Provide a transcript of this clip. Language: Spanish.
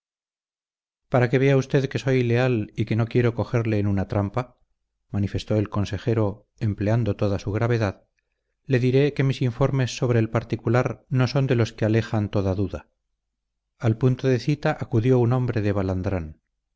para que vea usted que soy leal y que no quiero cogerle en una trampa manifestó el consejero empleando toda su gravedad le diré que mis informes sobre el particular no son de los que alejan toda duda al punto de cita acudió un hombre de balandrán